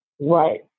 Right